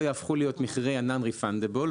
יהפכו להיות מחירי ה- non-refundable,